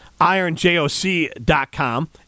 ironjoc.com